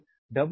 635